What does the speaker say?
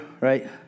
right